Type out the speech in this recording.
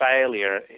failure